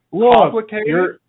complicated